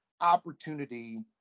opportunity